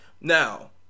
Now